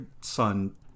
son